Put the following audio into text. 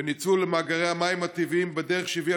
וניצול מאגרי המים הטבעיים בדרך שהביאה